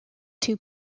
two